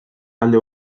alde